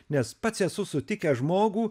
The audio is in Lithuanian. nes pats esu sutikęs žmogų